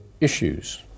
issues